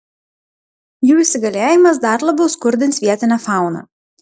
jų įsigalėjimas dar labiau skurdins vietinę fauną